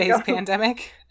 pandemic